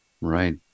right